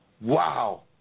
wow